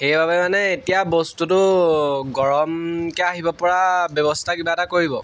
সেইবাবে মানে এতিয়া বস্তুটো গৰমকৈ আহিব পৰা ব্যৱস্থা কিবা এটা কৰিব